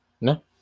No